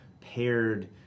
paired